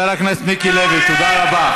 חבר הכנסת מיקי לוי, תודה רבה.